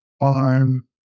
on